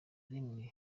rimwe